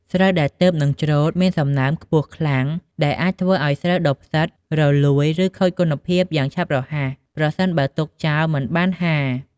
ស្រូវដែលទើបនឹងច្រូតមានសំណើមខ្ពស់ខ្លាំង ដែលអាចធ្វើឲ្យស្រូវដុះផ្សិត រលួយ ឬខូចគុណភាពយ៉ាងឆាប់រហ័ស ប្រសិនបើទុកចោលដោយមិនហាល។